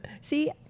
See